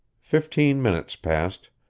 fifteen minutes passed,